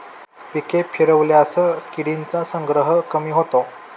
पिके फिरवल्यास किडींचा संग्रह कमी होतो